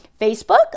facebook